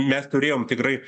mes turėjom tikrai